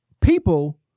people